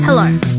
Hello